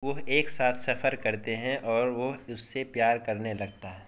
وہ ایک ساتھ سفر کرتے ہیں اور وہ اس سے پیار کرنے لگتا ہے